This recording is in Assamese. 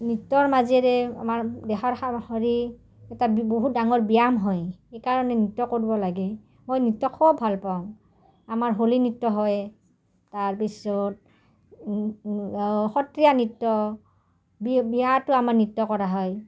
নৃত্যৰ মাজেৰে আমাৰ দেহৰ শৰীৰ এটা বহুত ডাঙৰ ব্যায়াম হয় সেইকাৰণে নৃত্য কৰিব লাগে মই নৃত্য খুব ভালপাওঁ আমাৰ হোলী নৃত্য হয় তাৰ পিছত সত্ৰীয়া নৃত্য বিয়াটো আমাৰ নৃত্য কৰা হয়